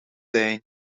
zijn